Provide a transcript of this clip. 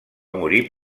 morir